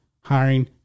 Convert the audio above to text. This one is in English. hiring